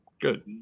good